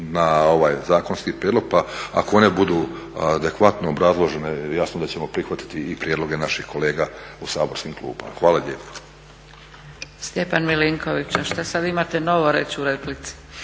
na ovaj zakonski prijedlog pa ako one budu adekvatno obrazložene jasno da ćemo prihvatiti i prijedloge naših kolega u saborskim klupama. Hvala lijepo.